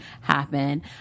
happen